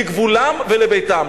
לגבולם ולביתם.